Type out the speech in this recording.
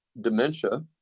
dementia